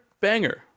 banger